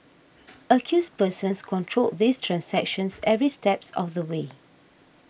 accused persons controlled these transactions every step of the way